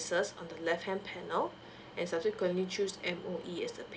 on the left hand panel and subsequently choose M_O_E as the payee